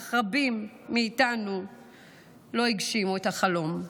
אך רבים מאיתנו לא הגשימו את החלום.